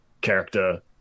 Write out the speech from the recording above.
character